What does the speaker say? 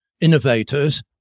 innovators